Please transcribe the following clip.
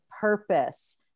purpose